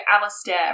Alistair